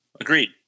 agreed